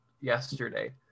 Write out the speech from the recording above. yesterday